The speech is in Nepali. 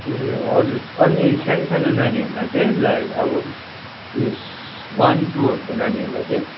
ए हजुर अनि सानो सानो नानीहरूलाई चाहिँ लाइक अब उस वान टूहरूको नानीहरूलाई चाहिँ